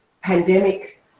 pandemic